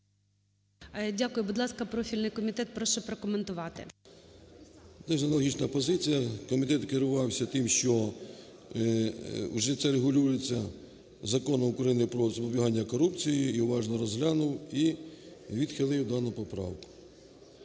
Дякую. Будь ласка, профільний комітет, прошу прокоментувати. 13:43:46 ПАЛАМАРЧУК М.П. Це аналогічна позиція. Комітет керувався тим, що вже це регулюється Законом України "Про запобігання корупції", і уважно розглянув, і відхилив дану поправку.